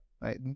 Right